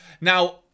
Now